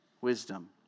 wisdom